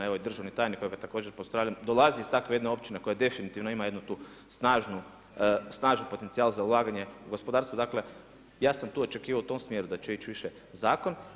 Evo i državni tajnik kojega također pozdravljam, dolazi iz takve jedne općine koja definitivno ima jedan taj snažan potencijal za ulaganje u gospodarstvo, dakle ja samo tu očekivao u tom smjeru da će ići više zakon.